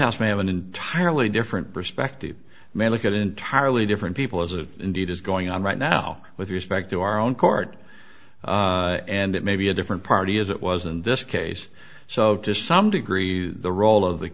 house may have an entirely different perspective man look at entirely different people as it indeed is going on right now with respect to our own court and it may be a different party as it was in this case so to some degree the role of the